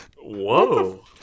Whoa